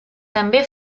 també